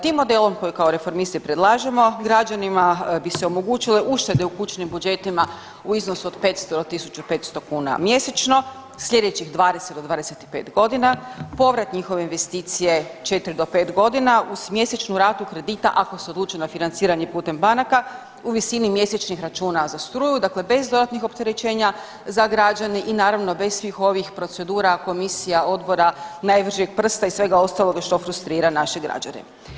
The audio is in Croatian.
Tim modelom koji kao reformisti predlažemo građanima bi se omogućile uštede u kućnim budžetima u iznosu od 500 do 1.500 kuna mjesečno slijedećih 20 do 25.g., povrat njihove investicije je 4 do 5.g. uz mjesečnu ratu kredita ako se odluče na financiranje putem banaka u visini mjesečnih računa za struju, dakle bez dodatnih opterećenja za građane i naravno bez svih ovih procedura komisija, odbora, najbržeg prsta i svega ostaloga što frustrira naše građane.